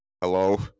hello